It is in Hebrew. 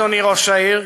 אדוני ראש העיר,